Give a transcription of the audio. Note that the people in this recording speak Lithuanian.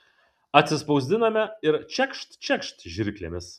atsispausdiname ir čekšt čekšt žirklėmis